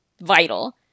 vital